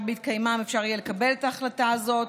בהתקיימם יהיה ניתן לקבל את ההחלטה הזאת.